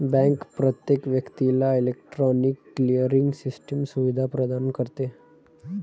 bank प्रत्येक व्यक्तीला electronic clearing system सुविधा प्रदान करते